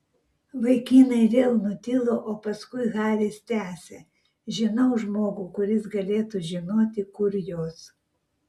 vaikinai vėl nutilo o paskui haris tęsė žinau žmogų kuris galėtų žinoti kur jos